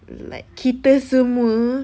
like kita semua